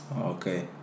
Okay